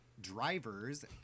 drivers